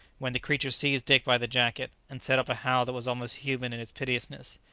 when the creature seized dick by the jacket, and set up a howl that was almost human in its piteousness.